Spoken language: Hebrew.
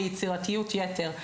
ביצירתיות יתר.